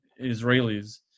israelis